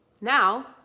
Now